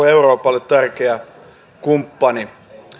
euroopallekin tärkeä kumppani